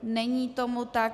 Není tomu tak.